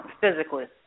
physically